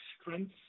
strengths